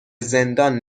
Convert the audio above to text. زندان